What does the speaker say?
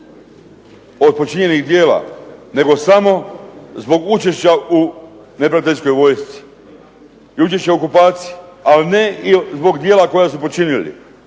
od počinjenih djela, nego samo zbog učešća u neprijateljskoj vojsci i učešća u okupaciji a ne i zbog djela koji su počinili.